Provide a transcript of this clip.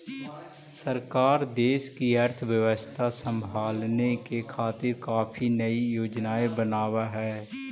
सरकार देश की अर्थव्यवस्था संभालने के खातिर काफी नयी योजनाएं बनाव हई